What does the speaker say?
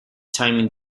timing